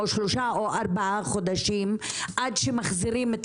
שלושה או ארבעה חודשים עד שמחזירים את